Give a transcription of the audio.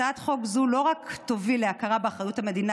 הצעת חוק זו לא רק תוביל להכרה באחריות המדינה